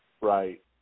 Right